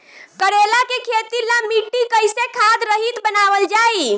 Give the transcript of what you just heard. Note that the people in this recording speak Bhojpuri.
करेला के खेती ला मिट्टी कइसे खाद्य रहित बनावल जाई?